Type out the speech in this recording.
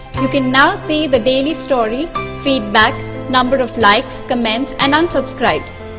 you can now see the daily stories feedback number of likes comments and unsubscribes.